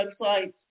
websites